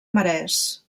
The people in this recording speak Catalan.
marès